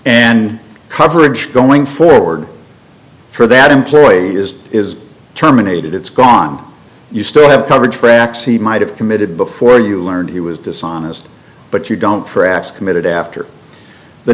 and coverage going forward for that employee is is terminated it's gone you still have covered tracks he might have committed before you learned he was dishonest but you don't for acts committed after the